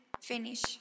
finish